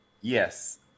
Yes